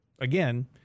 Again